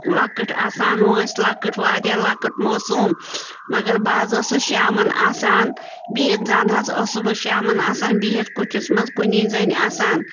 لۄکٕٹ آسان وٲنٛسہِ لۄکٕٹ واریاہ لۄکٕٹ موسوٗم مگر بہٕ حظ ٲسٕس شامَن آسان بِہِتھ زَن حظ ٲسٕس بہٕ شامَن آسان بِہِتھ کُٹھِس منٛز کُنی زٔنۍ آسان